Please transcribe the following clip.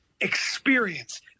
experience